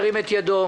ירים את ידו.